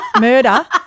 Murder